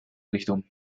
richtung